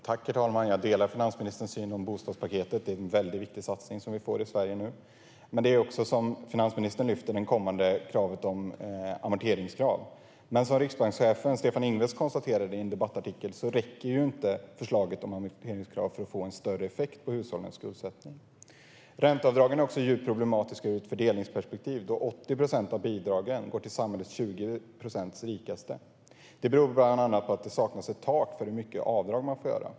Herr talman! Jag delar finansministerns syn på bostadspaketet. Det är en mycket viktig satsning som vi får i Sverige nu. Finansministern lyfter det kommande kravet på amorteringar. Men som riksbankschefen Stefan Ingves konstaterade i en debattartikel räcker inte förslaget på amorteringskrav för att få större effekt på hushållens skuldsättning. Ränteavdragen är också djupt problematiska ur ett fördelningsperspektiv, då 80 procent av bidragen går till samhällets 20 procent rikaste. Det beror bland annat på att det saknas ett tak för hur stort avdrag man får göra.